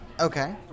okay